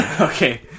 Okay